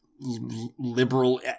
liberal